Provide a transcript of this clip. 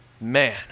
Man